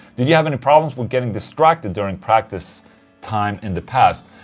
did you have any problems with getting distracted during practice time in the past?